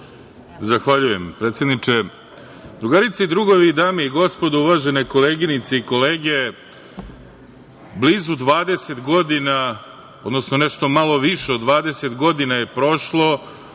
Zahvaljujem, predsedniče. Drugarice i drugovi, dame i gospodo, uvažene koleginice i kolege, blizu 20 godina, odnosno nešto malo više od 20 godina je prošlo